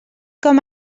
com